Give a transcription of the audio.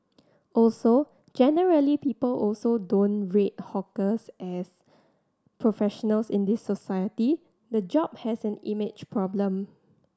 also generally people also don't rate hawkers as professionals in this society the job has an image problem